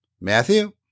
Matthew